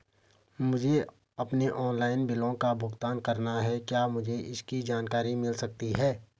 मुझे अपने ऑनलाइन बिलों का भुगतान करना है क्या मुझे इसकी जानकारी मिल सकती है?